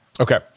Okay